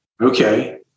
Okay